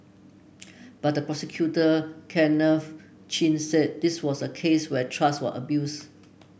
but the prosecutor Kenneth Chin said this was a case where trust were abused